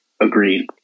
agreed